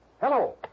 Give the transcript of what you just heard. Hello